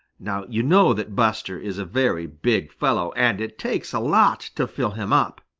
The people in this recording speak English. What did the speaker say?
now you know that buster is a very big fellow, and it takes a lot to fill him up.